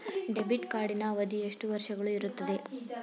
Debit ಕಾರ್ಡಿನ ಅವಧಿ ಎಷ್ಟು ವರ್ಷಗಳು ಇರುತ್ತದೆ?